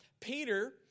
Peter